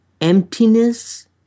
Emptiness